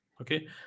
okay